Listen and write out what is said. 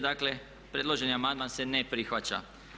Dakle, predloženi amandman se ne prihvaća.